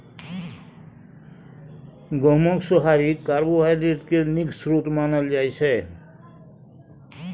गहुँमक सोहारी कार्बोहाइड्रेट केर नीक स्रोत मानल जाइ छै